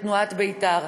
בתנועת בית"ר,